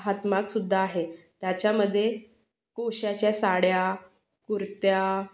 हातमागसुद्धा आहे त्याच्यामध्ये कोशाच्या साड्या कुर्त्या